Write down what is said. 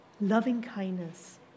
loving-kindness